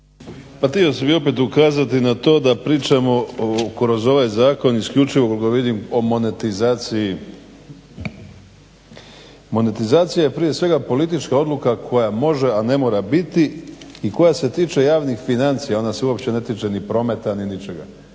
Ma htio sam opet ukazati na to da pričamo kroz ovaj zakon isključivo koliko vidim o monetizaciji. Monetizacija je prije svega politička odluka koja može, a ne mora biti, i koja se tiče javnih financija. Ona se uopće ne tiče ni prometa ni ničega,